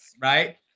right